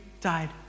died